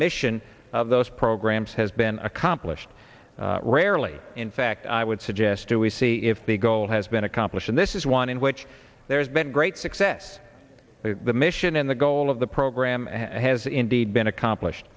mission of those programs has been accomplished rarely in fact i would suggest to we see if the goal has been accomplished and this is one in which there's been great success the mission in the goal of the program has indeed been accomplished